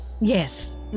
Yes